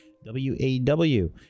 w-a-w